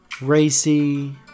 Racy